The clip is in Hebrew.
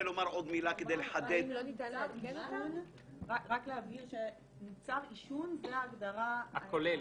רק להבהיר שמוצר עישון זאת ההגדרה הכוללת?